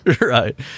Right